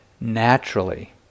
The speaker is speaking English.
naturally